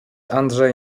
andrzej